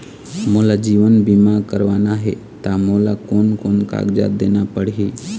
मोला जीवन बीमा करवाना हे ता मोला कोन कोन कागजात देना पड़ही?